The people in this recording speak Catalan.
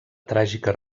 tràgica